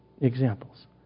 examples